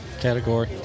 category